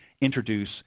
introduce